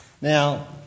Now